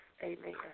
Amen